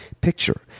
picture